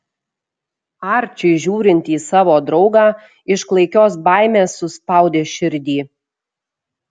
arčiui žiūrint į savo draugą iš klaikios baimės suspaudė širdį